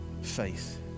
faith